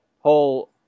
whole